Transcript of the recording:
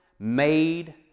made